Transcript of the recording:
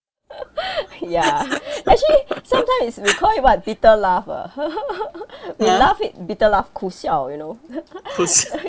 ya actually some time it's we call it what bitter laugh ah we laugh it bitter laugh ku siao you know